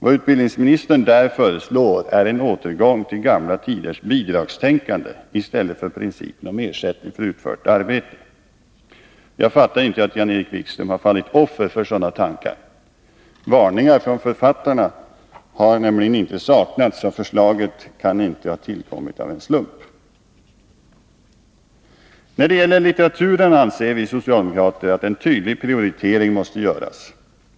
Vad utbildningsministern där föreslår är en återgång till gamla tiders bidragstänkande i stället för principen om ersättning för utfört arbete. Jag fattar inte att Jan-Erik Wikström har fallit offer för sådana tankar. Varningar från författarna har inte saknats, så förslaget kan nu inte ha tillkommit av en slump. Beträffande litteraturen anser vi socialdemokrater att en tydlig prioritering måste göras.